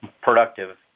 productive